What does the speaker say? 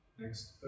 Next